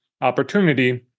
opportunity